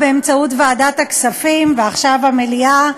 באמצעות ועדת הכספים ועכשיו המליאה,